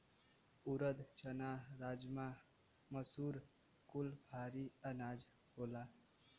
ऊरद, चना, राजमा, मसूर कुल भारी अनाज होला